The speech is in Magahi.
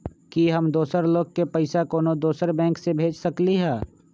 कि हम दोसर लोग के पइसा कोनो दोसर बैंक से भेज सकली ह?